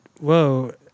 whoa